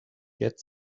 get